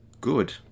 good